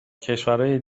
کشورای